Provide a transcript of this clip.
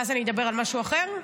ואז אני אדבר על משהו אחר?